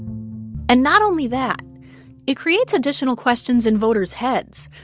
and not only that it creates additional questions in voters' heads.